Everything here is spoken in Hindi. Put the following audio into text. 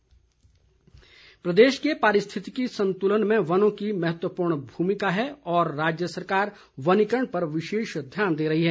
जयराम ठाकुर प्रदेश के पारिस्थितिकी संतुलन में वनों की महत्वपूर्ण भूमिका है और राज्य सरकार वनीकरण पर विशेष ध्यान दे रही है